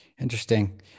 Interesting